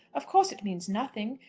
of course it means nothing.